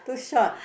too short